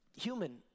human